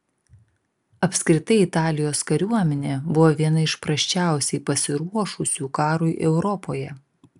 apskritai italijos kariuomenė buvo viena iš prasčiausiai pasiruošusių karui europoje